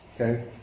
Okay